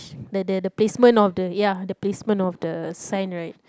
the the placement of the ya the placement of the sign right